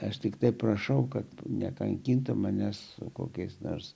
aš tiktai prašau kad nekankintų manęs kokiais nors